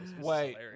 Wait